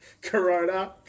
Corona